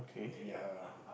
ya